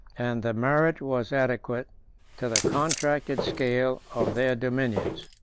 and the merit was adequate to the contracted scale of their dominions.